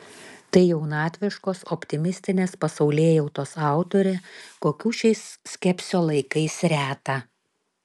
tai jaunatviškos optimistinės pasaulėjautos autorė kokių šiais skepsio laikais reta